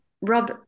Rob